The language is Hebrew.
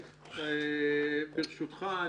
ברשותך,